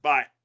Bye